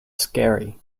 scary